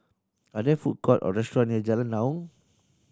are there food court or restaurant near Jalan Naung